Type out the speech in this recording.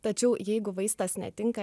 tačiau jeigu vaistas netinka